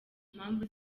mpamvu